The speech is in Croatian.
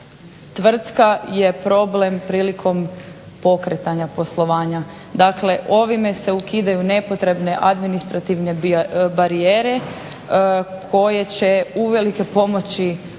Tvrtka je problem prilikom pokretanja poslovanja. Dakle, ovim se ukidaju nepotrebne administrativne barijere koje će uvelike pomoći